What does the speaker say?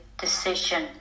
decision